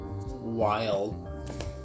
wild